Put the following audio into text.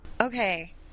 Okay